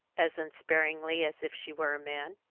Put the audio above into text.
as unsparingly as if she were a man.